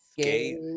Skate